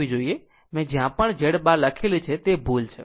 મેં જ્યાં પણ Z બાર લખી છે તે ભૂલ છે